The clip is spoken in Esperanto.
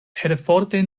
perforte